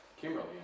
Kimberly